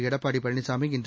எடப்பாடி பழனிசாமி இன்று